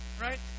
right